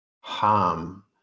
harm